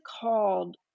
called